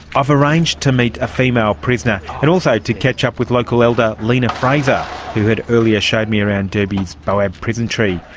i've arranged to meet a female prisoner and also to catch up with local elder leena fraser who had earlier showed me around derby's boab prison tree.